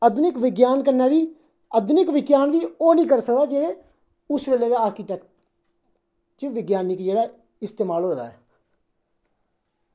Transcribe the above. आधुनिक विज्ञान कन्नै बी आधुनिक विज्ञान बी ओह् निं करी सकदा जेह्ड़े उस बेल्ले दे आर्कीटैक्ट च विज्ञानक जेह्ड़ा इस्तमाल होए दा ऐ